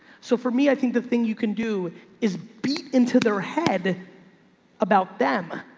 so for me, i think the thing you can do is beat into their head about them,